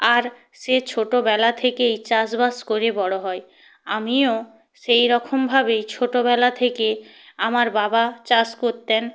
আর সে ছোটবেলা থেকেই চাষবাস করে বড় হয় আমিও সেইরকমভাবেই ছোটবেলা থেকে আমার বাবা চাষ করতেন